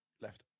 left